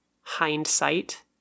hindsight